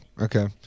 Okay